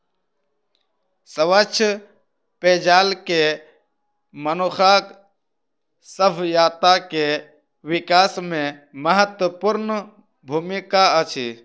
स्वच्छ पेयजल के मनुखक सभ्यता के विकास में महत्वपूर्ण भूमिका अछि